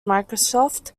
microsoft